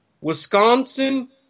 Wisconsin